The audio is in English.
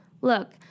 Look